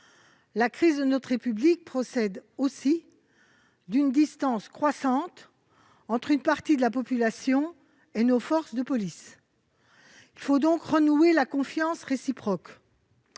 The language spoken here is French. La crise de notre République procède aussi d'une distance croissante entre une partie de la population et nos forces de police. Il faut donc renouer la confiance réciproque.